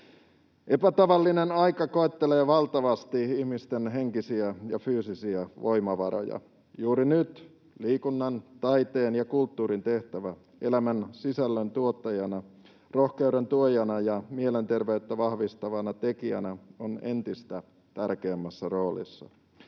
Epätavallinen aika koettelee valtavasti ihmisten henkisiä ja fyysisiä voimavaroja. Juuri nyt liikunnan, taiteen ja kulttuurin tehtävä elämänsisällön tuottajana, rohkeuden tuojana ja mielenterveyttä vahvistavana tekijänä on entistä tärkeämmässä roolissa.